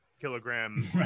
kilogram